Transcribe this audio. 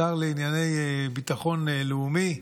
השר לענייני ביטחון לאומי,